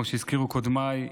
שכמו שהזכירו קודמיי,